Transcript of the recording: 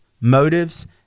motives